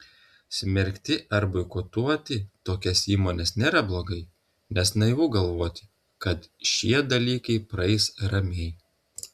smerkti ar boikotuoti tokias įmones nėra blogai nes naivu galvoti kad šie dalykai praeis ramiai